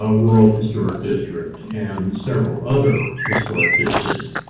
a world historic district and several other historic districts.